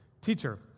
Teacher